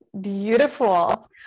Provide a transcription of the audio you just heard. Beautiful